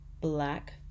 black